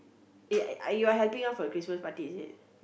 eh I I you are helping out for the Christmas party is it